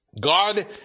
God